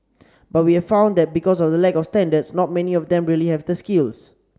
but we have found that because of the lack of standards not many of them really have the skills